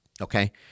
Okay